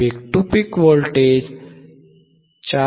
peak to peak voltage 4